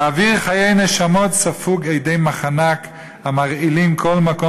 ואוויר חיי נשמות ספוג אדי מחנק המרעילים כל מקום